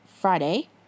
Friday